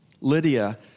Lydia